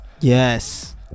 yes